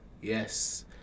yes